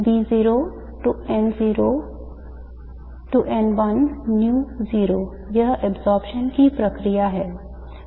यह absorption की प्रक्रिया है